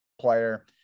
player